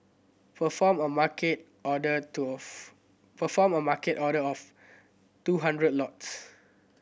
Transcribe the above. perform a Market order to of perform a Market order of two hundred lots